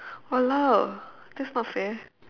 !walao! that's not fair